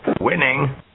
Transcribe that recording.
Winning